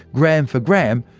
gram for gram,